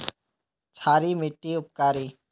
क्षारी मिट्टी उपकारी?